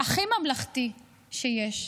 הכי ממלכתי שיש,